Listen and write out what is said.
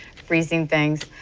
freezing things.